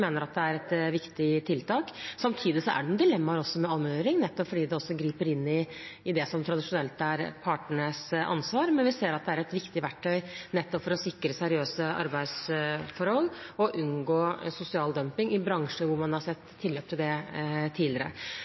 mener at det er et viktig tiltak. Samtidig er det også noen dilemmaer med allmenngjøring, nettopp fordi det griper inn i det som tradisjonelt er partenes ansvar. Men vi ser at det er et viktig verktøy for å sikre seriøse arbeidsforhold og unngå sosial dumping i bransjer hvor man har sett tilløp til det tidligere.